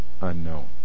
unknown